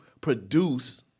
produce